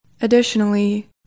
Additionally